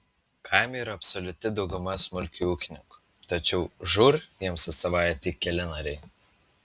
kaime yra absoliuti dauguma smulkiųjų ūkininkų tačiau žūr jiems atstovauja tik keli nariai